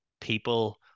people